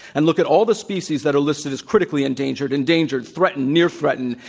and look at all the species that are listed as critically endangered, endangered, threatened, near threatened,